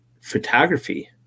photography